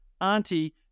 auntie